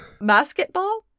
basketball